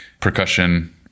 percussion